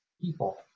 people